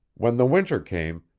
when the winter came,